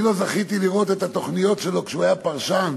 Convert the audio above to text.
אני לא זכיתי לראות את התוכניות שלו כשהוא היה פרשן,